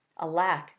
Alack